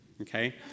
Okay